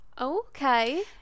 Okay